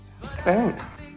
Thanks